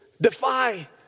defy